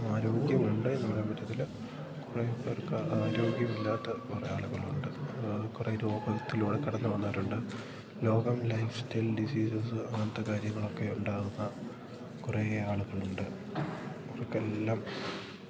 ആരോഗ്യമുണ്ട് എന്ന് പറയാൻ പറ്റത്തില്ല കുറെ പേർക്ക് ആരോഗ്യമില്ലാത്ത കുറെ ആളുകളുണ്ട് കുറെ രോഗത്തിലൂടെ കടന്ന് വന്നവരുണ്ട് ലോകം ലൈഫ് സ്റ്റൈൽ ഡിസീസസ് അങ്ങനത്തെ കാര്യങ്ങളൊക്കെ ഉണ്ടാകുന്നു കുറെ ആളുകളുണ്ട് അവർക്കെല്ലാം